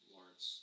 Lawrence